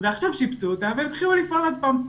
ועכשיו שיפצו את זה והם התחילו לפעול עוד פעם,